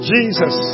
Jesus